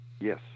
Yes